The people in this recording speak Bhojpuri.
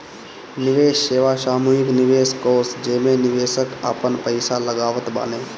निवेश सेवा सामूहिक निवेश कोष जेमे निवेशक आपन पईसा लगावत बाने